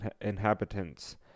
inhabitants